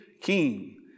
King